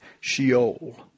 Sheol